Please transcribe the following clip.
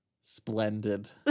splendid